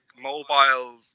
mobile